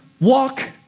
walk